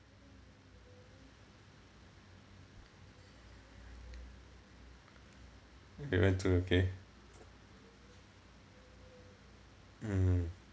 you went to okay mmhmm